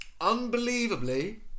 unbelievably